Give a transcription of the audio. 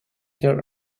her